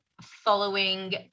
following